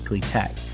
tech